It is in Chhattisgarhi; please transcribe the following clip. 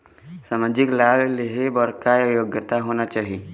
सामाजिक लाभ लेहे बर का योग्यता होना चाही?